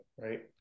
right